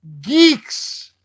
geeks